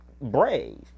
brave